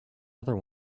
other